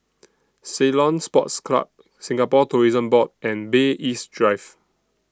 Ceylon Sports Club Singapore Tourism Board and Bay East Drive